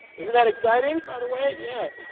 isn't that exciting, by the way, yeah.